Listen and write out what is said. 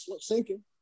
sinking